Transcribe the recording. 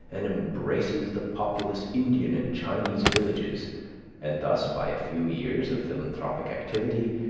and embraces the populous indian and chinese villages and thus, by a few years of philanthropic activity,